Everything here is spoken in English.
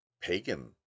pagan